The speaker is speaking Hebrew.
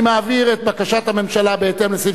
אני מעביר את בקשת הממשלה בהתאם לסעיף